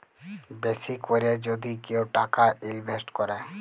বেশি ক্যরে যদি কেউ টাকা ইলভেস্ট ক্যরে